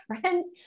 friends